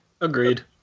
Agreed